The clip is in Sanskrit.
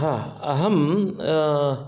हा अहं